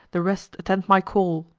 the rest attend my call.